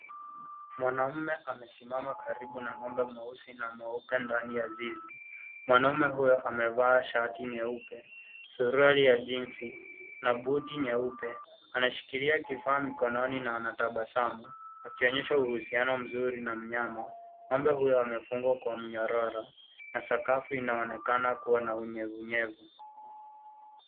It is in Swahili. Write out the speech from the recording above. Mwanaume amesimama karibu na ng'ombe mweusi na mweupe ndani ya zizi. Mwanaume huyo amevaa shati nyeupe, suruali ya jinsi na buti nyeupe, anashikilia kifaa mikononi na anatabasamu, akionyesha uhusiano mzuri na mnyama. Ng'ombe huyo amefungwa kwa mnyororo na sakafu inaonekana kuwa na unyevunyevu.